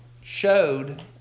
showed